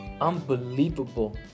unbelievable